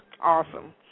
Awesome